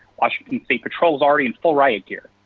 washington state patrol was already in full riot gear.